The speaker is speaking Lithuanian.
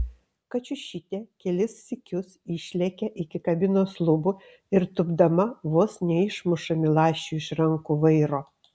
kačiušytė kelis sykius išlekia iki kabinos lubų ir tūpdama vos neišmuša milašiui iš rankų vairo